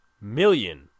million